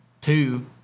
Two